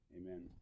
amen